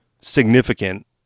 significant